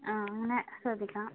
ആ അങ്ങനെ ശ്രദ്ധിക്കണം